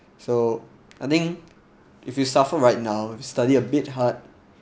so I think if you suffer right now study a bit hard